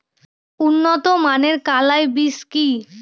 উন্নত মানের কলাই বীজ কি?